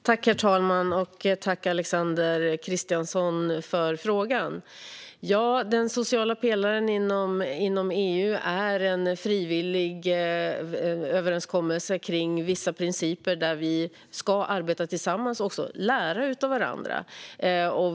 Herr talman! Tack, Alexander Christiansson, för frågan! Den sociala pelaren inom EU är en frivillig överenskommelse kring vissa principer där vi ska arbeta tillsammans och också lära av varandra.